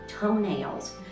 toenails